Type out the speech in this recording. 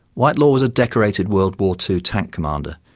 whitelaw was a decorated world war two tank commander,